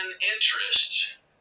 Interests